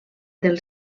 del